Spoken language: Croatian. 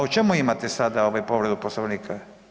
A u čemu imate sada povredu Poslovnika?